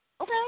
Okay